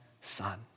Son